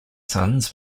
sons